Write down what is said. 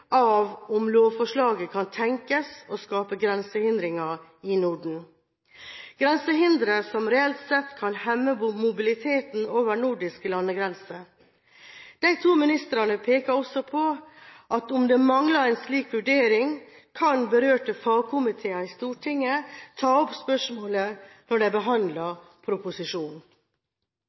av om lovforslaget kunne tenkes å skape grensehindringer i Norden – grensehindre som reelt sett kan hemme mobiliteten over nordiske landegrenser. De to ministrene pekte også på at om det mangler en slik vurdering, kan berørte fagkomiteer i Stortinget ta opp spørsmålet når de behandler proposisjonen. Når det